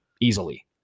easily